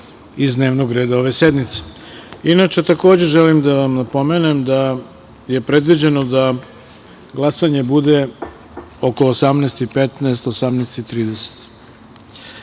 takođe želim da vam napomenem da je predviđeno da glasanje bude oko 18:15, 18:30